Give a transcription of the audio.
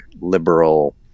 liberal